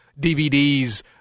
DVDs